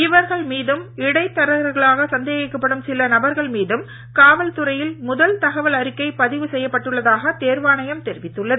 இவர்கள் மீதும் இடைத் தரகர்களாக சந்தேகிக்கப்படும் சில நபர்கள் மீதும் காவல் துறையில் முதல் தகவல் அறிக்கை பதிவு செய்யப்பட்டுள்ளதாக தேர்வாணையம் தெரிவித்துள்ளது